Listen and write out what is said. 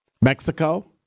Mexico